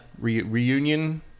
Reunion